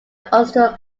orchestral